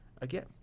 again